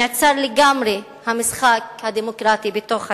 נעצר לגמרי המשחק הדמוקרטי בתוך הכנסת.